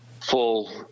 full